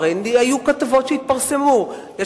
הרי התפרסמו כתבות.